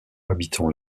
habitant